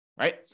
right